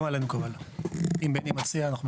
גם עליי מקובל, אם בני מציע אנחנו מקבלים.